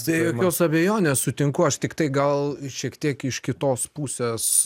be jokios abejonės sutinku aš tiktai gal šiek tiek iš kitos pusės